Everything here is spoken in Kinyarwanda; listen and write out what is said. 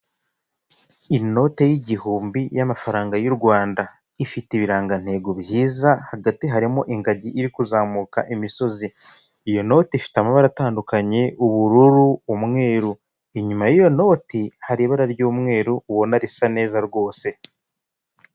Inote y'igihumbi y'amafaranga y'u Rwanda ifite ibirangantego byiza, hagati harimo ingagi iri kuzamuka imisozi, iyo noti ifite amabara atandukanye ubururu, umweru. Inyuma y'iyo noti hari ibara ry'umweru ubona risa neza rwose.